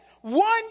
One